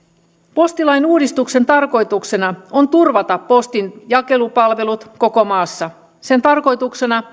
postilain uudistuksen tarkoituksena on turvata postin jakelupalvelut koko maassa sen tarkoituksena